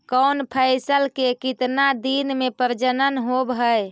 कौन फैसल के कितना दिन मे परजनन होब हय?